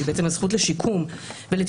שהיא בעצם הזכות לשיקום ולטיפול,